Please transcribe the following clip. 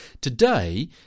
today